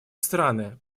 страны